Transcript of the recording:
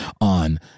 on